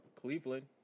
Cleveland